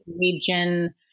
region